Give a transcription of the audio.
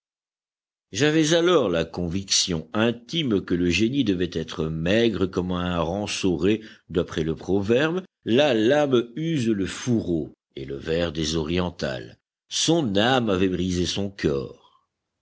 j'avais alors la conviction intime que le génie devait être maigre comme un hareng sauret d'après le proverbe la lame use le fourreau et le vers des orientales son âme avait brisé son corps